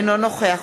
אינו נוכח